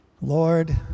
Lord